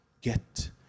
get